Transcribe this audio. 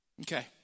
Okay